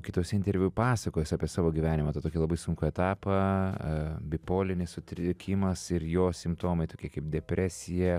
kituose interviu pasakojęs apie savo gyvenimo tą tokį labai sunkų etapą bipolinis sutrikimas ir jo simptomai tokie kaip depresija